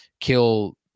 kill